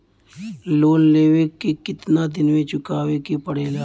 Loan लेवे के कितना दिन मे चुकावे के पड़ेला?